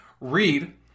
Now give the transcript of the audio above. read